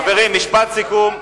חברים, משפט סיכום.